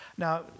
Now